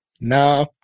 no